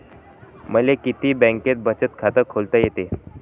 मले किती बँकेत बचत खात खोलता येते?